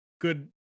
good